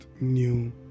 new